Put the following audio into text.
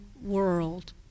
world